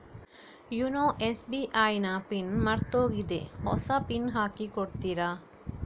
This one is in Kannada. ಯೂನೊ ಎಸ್.ಬಿ.ಐ ನ ಪಿನ್ ಮರ್ತೋಗಿದೆ ಹೊಸ ಪಿನ್ ಹಾಕಿ ಕೊಡ್ತೀರಾ?